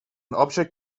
object